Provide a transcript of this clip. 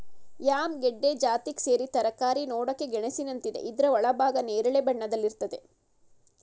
yam ಗೆಡ್ಡೆ ಜಾತಿಗ್ ಸೇರಿದ್ ತರಕಾರಿ ನೋಡಕೆ ಗೆಣಸಿನಂತಿದೆ ಇದ್ರ ಒಳಭಾಗ ನೇರಳೆ ಬಣ್ಣದಲ್ಲಿರ್ತದೆ